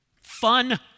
fun